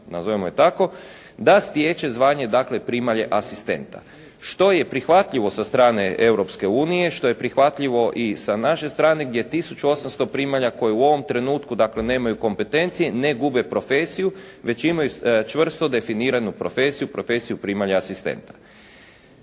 da stječe zvanje dakle primalje asistenta što je prihvatljivo sa strane Europske unije, što je prihvatljivo i sa naše strane gdje 1800 primalja koje u ovom trenutku dakle nemaju kompetencije ne gube profesiju već imaju čvrsto definiranu profesiju, profesiju primalja asistenta.